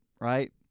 right